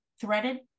threaded